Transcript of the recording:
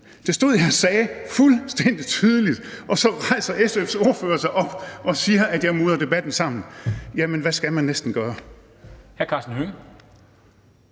Det stod jeg og sagde fuldstændig tydeligt, og så rejser SF's ordfører sig op og siger, at jeg mudrer debatten sammen. Jamen hvad skal man næsten gøre!